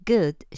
Good